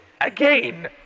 again